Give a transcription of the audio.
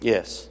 Yes